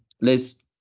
Liz